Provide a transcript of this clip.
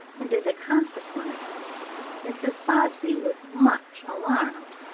and as a consequence mrs. bobbsey was much alarmed.